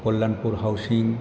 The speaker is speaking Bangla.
কল্যাণপুর হাউজিং